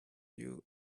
you